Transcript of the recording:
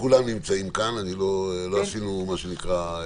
כולם נמצאים כאן, לא עשינו, מה שנקרא,